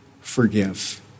forgive